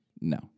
no